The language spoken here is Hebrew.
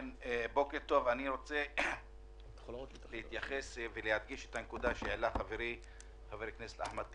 אני רוצה להתייחס ולהדגיש את הנקודה שהעלה חברי חבר הכנסת אחמד טיבי.